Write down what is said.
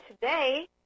today